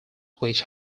which